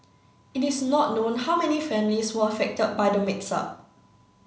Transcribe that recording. it is not known how many families were affected by the mix up